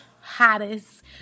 hottest